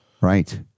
Right